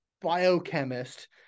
biochemist